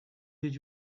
did